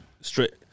straight